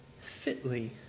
fitly